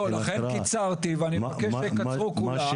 לכן קיצרתי ואני מבקש שיקצרו כולם,